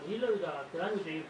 אבל היא לא יודעת , כולם יודעים פה,